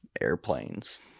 airplanes